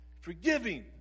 Forgiving